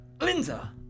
Linda